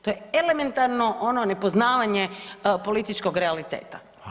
To je elementarno ono nepoznavanje političkog realiteta.